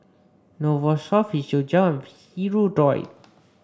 Novosource Physiogel and Hirudoid